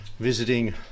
visiting